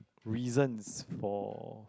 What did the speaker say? reasons for